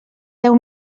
deu